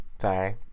Sorry